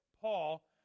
Paul